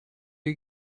you